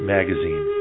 Magazine